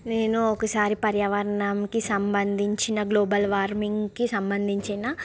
నేను ఒకసారి పర్యావరణంకి సంబంధించిన గ్లోబల్ వార్మింగ్కి సంబంధించిన